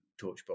Torchbox